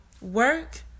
work